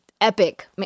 epic